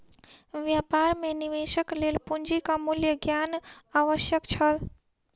व्यापार मे निवेशक लेल पूंजीक मूल्य ज्ञान आवश्यक छल